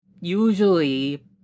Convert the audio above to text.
Usually